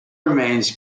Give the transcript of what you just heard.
remains